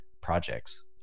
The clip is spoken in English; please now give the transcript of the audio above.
projects